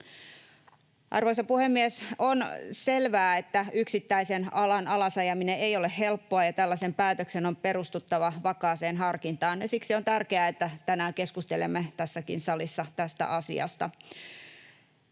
Arvoisa puhemies! On selvää, että yksittäisen alan alas ajaminen ei ole helppoa ja tällaisen päätöksen on perustuttava vakaaseen harkintaan. Ja siksi on tärkeää, että tänään keskustelemme tässäkin salissa tästä asiasta.